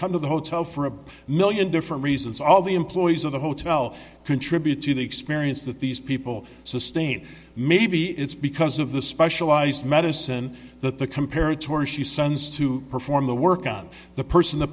come to the hotel for a million different reasons all the employees of the hotel contribute to the experience that these people sustain maybe it's because of the specialized medicine that the compared to or she sends to perform the work on the person that